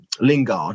Lingard